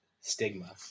stigma